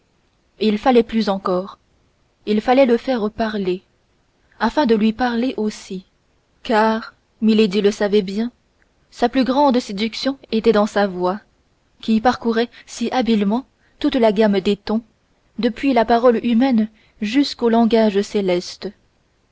il fallait plus encore il fallait le faire parler afin de lui parler aussi car milady le savait bien sa plus grande séduction était dans sa voix qui parcourait si habilement toute la gamme des tons depuis la parole humaine jusqu'au langage céleste